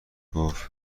گفت